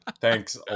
Thanks